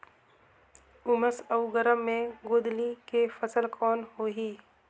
उमस अउ गरम मे गोंदली के फसल कौन होही?